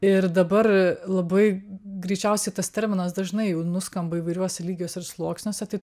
ir dabar labai greičiausiai tas terminas dažnai jau nuskamba įvairiuose lygiuose ir sluoksniuose tai